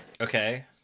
Okay